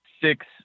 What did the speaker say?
six